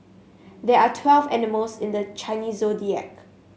there are twelve animals in the Chinese Zodiac